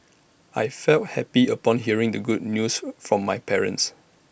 I felt happy upon hearing the good news from my parents